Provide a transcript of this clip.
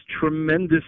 tremendous